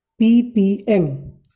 ppm